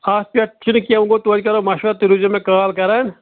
اَتھ پٮ۪ٹھ چھُنہٕ کیٚنٛہہ وۅنۍ گوٚو توتہِ کَرو مَشورٕ تُہۍ روٗزِو مےٚ کال کَران